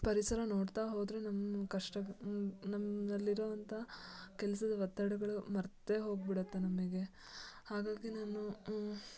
ಪರಿಸರ ನೋಡ್ತಾ ಹೋದರೆ ನಮ್ಮ ಕಷ್ಟ ನಮ್ಮಲ್ಲಿರುವಂಥ ಕೆಲಸದ ಒತ್ತಡಗಳು ಮರೆತೇ ಹೋಗ್ಬಿಡುತ್ತೆ ನಮಗೆ ಹಾಗಾಗಿ ನಾನು